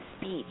speech